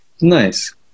Nice